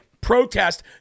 Protest